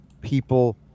people